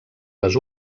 les